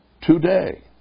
today